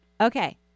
okay